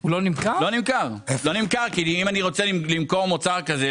אם אני רוצה למכור מוצר כזה,